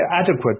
adequate